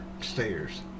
stairs